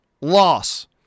loss